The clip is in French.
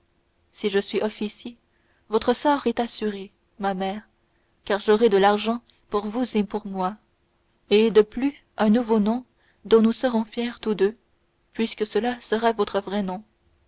si je suis officier votre sort est assuré ma mère car j'aurai de l'argent pour vous et pour moi de plus un nouveau nom dont nous serons fiers tous deux puisque ce sera votre vrai nom